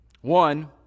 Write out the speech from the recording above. One